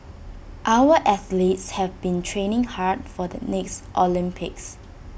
our athletes have been training hard for the next Olympics